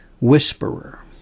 whisperer